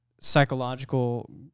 Psychological